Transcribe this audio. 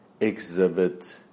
exhibit